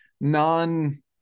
non